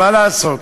מה לעשות,